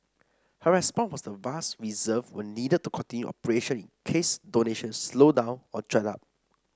her response vast reserve were needed to continue operations in case donations slowed down or dried up